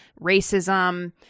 racism